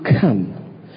come